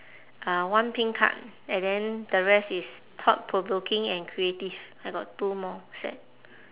uh one pink card and then the rest is thought-provoking and creative I got two more set